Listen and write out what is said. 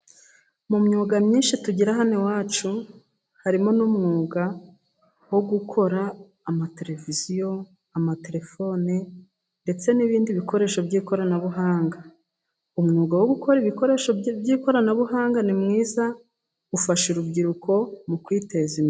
Mu myuga myinshi tugira hano iwacu, harimo n'umwuga wo gukora amateleviziyo, amatelefone ndetse n'ibindi bikoresho by'ikoranabuhanga, umwuga wo gukora ibikoresho by'ikoranabuhanga ni mwiza, ufasha urubyiruko mu kwiteza imbere.